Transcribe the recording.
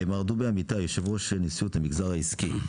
מר דובי אמיתי, יושב ראש נשיאות המגזר העסקי.